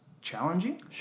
challenging